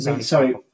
sorry